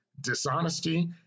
dishonesty